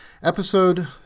Episode